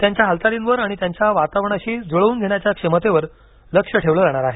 त्यांच्या हालचालींवर आणि त्यांच्या वातावरणाशी जुळवून घेण्याच्या क्षमतेवर लक्ष ठेवलं जाणार आहे